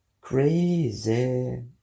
Crazy